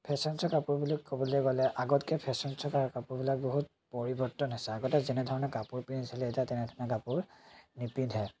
fashion শ্ব'ৰ কাপোৰ বুলি ক'বলৈ গ'লে আগতকৈ ফেশ্বন শ্ব'ৰ কা কাপোৰবিলাক বহুত পৰিৱৰ্তন হৈছে আগতে যেনেধৰণে কাপোৰ পিন্ধিছিলে এতিয়া তেনেধৰণৰ কাপোৰ নিপিন্ধে